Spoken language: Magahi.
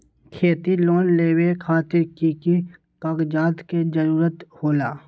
खेती लोन लेबे खातिर की की कागजात के जरूरत होला?